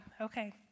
Okay